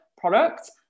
product